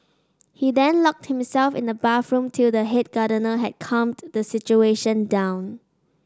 he then locked himself in the bathroom till the head gardener had calmed the situation down